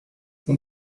اون